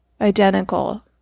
identical